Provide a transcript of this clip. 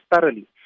thoroughly